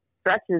stretches